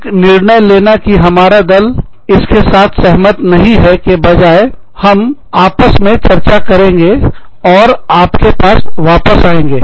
एक निर्णय लेना कि हमारा दल इसके साथ सहमत नहीं है के बजाय हम आपस में चर्चा करेंगे और आपके पास वापस आएँगे